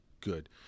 good